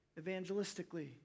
evangelistically